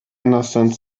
understand